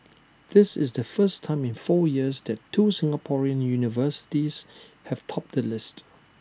this is the first time in four years that two Singaporean universities have topped the list